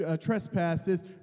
trespasses